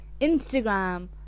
instagram